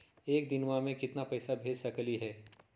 एक दिनवा मे केतना पैसवा भेज सकली हे?